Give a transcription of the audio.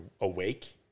awake